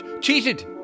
Cheated